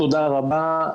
תודה רבה.